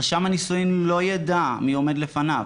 רשם הנישואין לא יידע מי עומד לפניו.